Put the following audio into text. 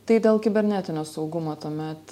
tai dėl kibernetinio saugumo tuomet